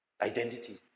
identity